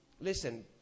Listen